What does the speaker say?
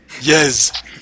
Yes